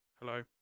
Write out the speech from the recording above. Hello